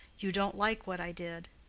you don't like what i did.